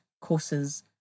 courses